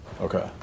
Okay